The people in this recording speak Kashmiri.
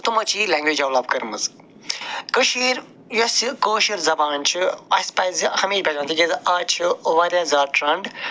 تِمو چھِ یہِ لینٛگویج ڈٮ۪ولپ کٔرمٕژ کٔشیٖر یَس چھِ کٲشُر زبان چھِ اَسہِ پَزِ ہمشہ آز چھِ وارِیاہ زیادٕ ٹرٛنڈ